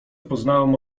poznałem